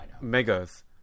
Megas